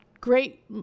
great